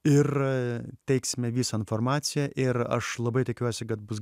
ir teiksime visą informaciją ir aš labai tikiuosi kad bus